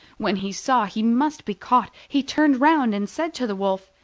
when he saw he must be caught he turned round and said to the wolf,